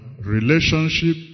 relationship